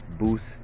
boost